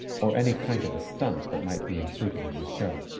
or any kind of a stunt that might be included in the show.